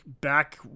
back